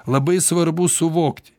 labai svarbu suvokti